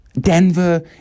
Denver